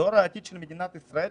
דור העתיד של מדינת ישראל.